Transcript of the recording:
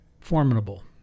formidable